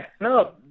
no